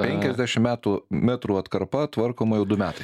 penkiasdešim metų metrų atkarpa tvarkoma jau du metai